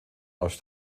aus